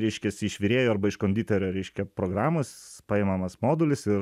reiškias iš virėjo arba iš konditerio reiškia programos paimamas modulis ir